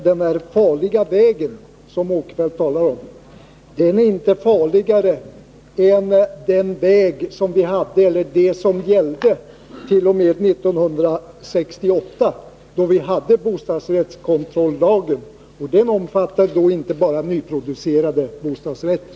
Herr talman! Låt mig bara kort säga att den farliga väg som Sven Eric Åkerfeldt talar om inte är farligare än det som gällde tt.o.m. 1968, då vi hade bostadsrättskontrollagen. Den omfattade inte bara nyproducerade bostadsrätter.